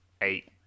eight